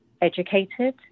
educated